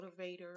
motivator